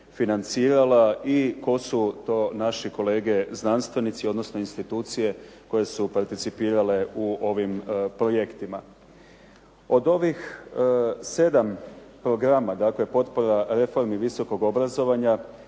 i tko su to naši kolege znanstvenici odnosno institucije koje su participirale u ovim projektima. Od ovih sedam programa dakle potpora reformi visokog obrazovanja,